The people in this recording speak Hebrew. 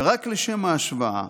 ורק לשם ההשוואה,